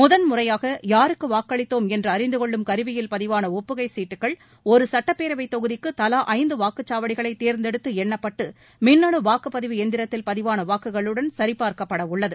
முதன்முறையாக யாருக்கு வாக்களித்தோம் என்று அறிந்தகொள்ளும் கருவியில் பதிவான ஒப்புகைச் சீட்டுகள் ஒரு சட்டப்பேரவைத் தொகுதிக்கு தலா ஐந்து வாக்குச்சாவடிகளை தேர்ந்தெடுத்து எண்ணப்பட்டு மின்னணு வாக்குப்பதிவு எந்திரத்தில் பதிவான வாக்குகளுடன் சரிபார்க்கப்பட உள்ளது